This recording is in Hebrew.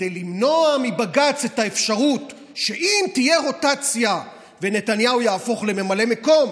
כדי למנוע מבג"ץ את האפשרות שאם תהיה רוטציה ונתניהו יהפוך לממלא מקום,